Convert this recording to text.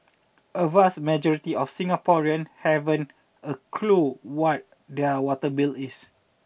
a vast majority of Singaporean haven't a clue what their water bill is